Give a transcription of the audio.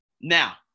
Now